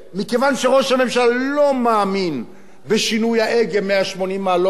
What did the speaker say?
מכיוון שראש הממשלה לא מאמין בשינוי ההגה ב-180 מעלות,